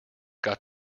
got